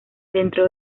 dentro